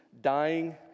dying